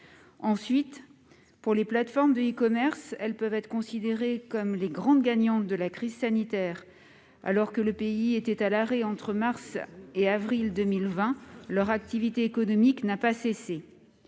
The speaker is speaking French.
nécessité. Les plateformes de e-commerce peuvent être considérées comme les grandes gagnantes de la crise sanitaire. Alors que le pays était à l'arrêt entre mars et avril 2020, leur activité économique n'a pas cessé.